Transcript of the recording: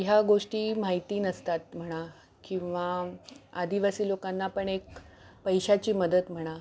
ह्या गोष्टी माहिती नसतात म्हणा किंवा आदिवासी लोकांना पण एक पैशाची मदत म्हणा